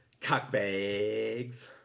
Cockbags